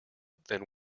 than